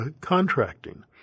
contracting